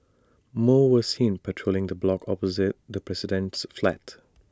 more were seen patrolling the block opposite the president's flat